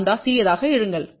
25ʎ சிறியதாக இருங்கள்